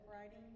writing